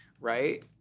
right